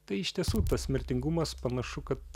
tai iš tiesų tas mirtingumas panašu kad